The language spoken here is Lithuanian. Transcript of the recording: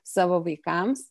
savo vaikams